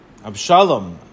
Abshalom